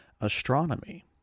astronomy